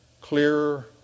clearer